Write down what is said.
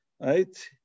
right